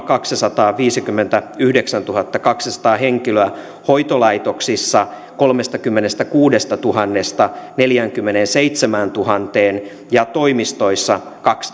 kaksisataaviisikymmentäyhdeksäntuhattakaksisataa henkilöä hoitolaitoksissa kolmestakymmenestäkuudestatuhannesta neljäänkymmeneenseitsemääntuhanteen ja toimistoissa